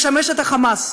משמש את "חמאס".